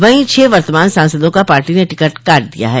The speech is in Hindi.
वहीं छह वर्तमान सांसदों का पार्टी ने टिकट काट दिया गया है